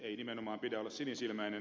ei nimenomaan pidä olla sinisilmäinen